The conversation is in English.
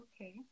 Okay